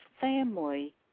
family